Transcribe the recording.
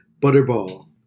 butterball